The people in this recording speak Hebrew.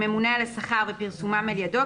לממונה על השכר ופרסומם על ידו,